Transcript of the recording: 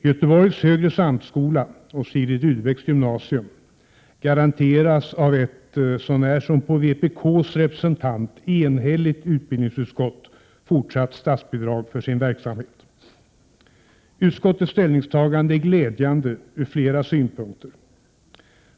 Göteborgs högre samskola och Sigrid Rudebecks gymnasium garanteras av ett, så när som på vpk:s representant, enhälligt utbildningsutskott fortsatt statsbidrag för sin verksamhet. Utskottets ställningstagande är glädjande ur flera synpunkter.